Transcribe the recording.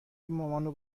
مامان